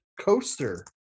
coaster